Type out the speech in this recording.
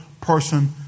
person